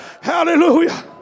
Hallelujah